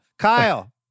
Kyle